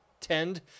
tend